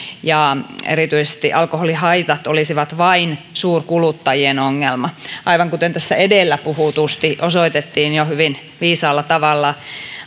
ja erityisesti alkoholihaitat olisivat vain suurkuluttajien ongelma aivan kuten tässä edellä puhutusti osoitettiin jo hyvin viisaalla tavalla